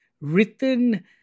written